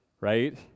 right